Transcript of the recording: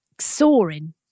soaring